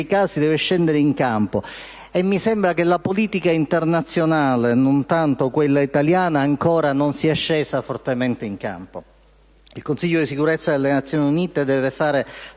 Il Consiglio di Sicurezza delle Nazioni Unite deve fare